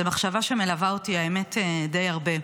זו מחשבה שמלווה אותי, האמת, די הרבה.